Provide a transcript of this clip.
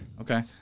Okay